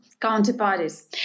counterparties